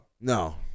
No